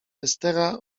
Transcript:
estera